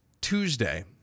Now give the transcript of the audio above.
Tuesday